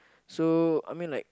so I mean like